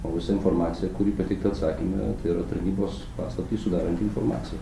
o visa informacija kuri pateikta atsakyme tai yra tarnybos paslaptį sudaranti informacija